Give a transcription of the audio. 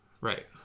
Right